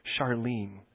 Charlene